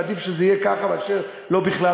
ועדיף שזה יהיה ככה מאשר לא בכלל,